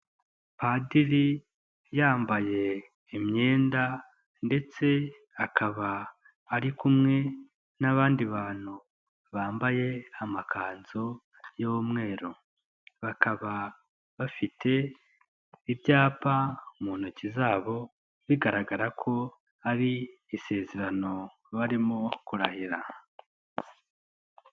Padiri yambaye imyenda ndetse akaba ari kumwe n'abandi bantu bambaye amakanzu y'umweru, bakaba bafite ibyapa mu ntoki zabo, bigaragara ko ari isezerano barimo kurahira.